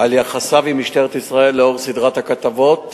על יחסיו עם משטרת ישראל לנוכח סדרת הכתבות